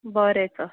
बरें सर